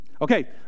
Okay